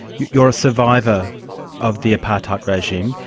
you're a survivor of the apartheid regime.